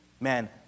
Man